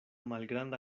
malgranda